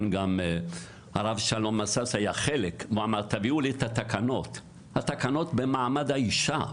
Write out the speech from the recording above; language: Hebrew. ממנו להביא לו את התקנות בנוגע למעמד האישה,